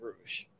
Rouge